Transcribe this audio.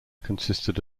consisted